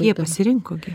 jie pasirinko gi